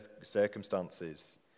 circumstances